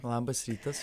labas rytas